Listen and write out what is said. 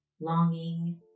longing